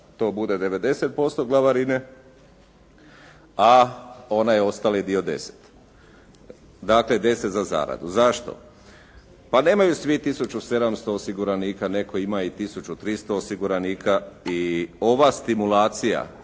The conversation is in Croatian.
to bude 90% glavarine, a onaj ostali dio 10. dakle, 10 za zaradu. Zašto? Pa nemaju svi tisuću 700 osiguranika, netko ima i tisuću 300 osiguranika. I ova stimulacija